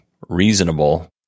reasonable